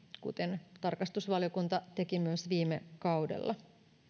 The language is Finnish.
kuten tarkastusvaliokunta teki myös viime kaudella